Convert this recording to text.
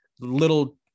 little